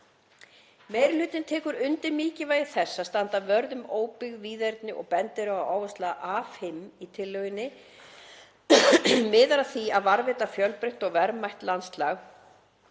Meiri hlutinn tekur undir mikilvægi þess að standa vörð um óbyggð víðerni og bendir á að áhersla A.5 í tillögunni miðar að því að varðveita fjölbreytt og verðmætt landslag,